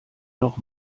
noch